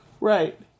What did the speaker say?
Right